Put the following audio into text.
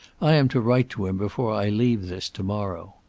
i am to write to him before i leave this to-morrow.